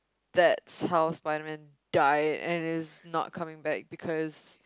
that's how Spiderman died and he's not coming back because